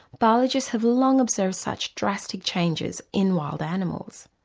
biologists have long observed such drastic changes in wild animals.